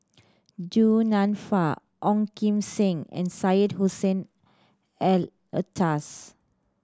Du Nanfa Ong Kim Seng and Syed Hussein Alatas